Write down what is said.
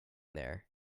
there